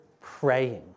praying